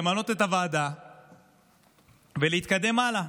למנות את הוועדה ולהתקדם הלאה.